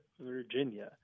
Virginia